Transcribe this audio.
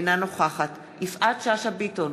אינה נוכחת יפעת שאשא ביטון,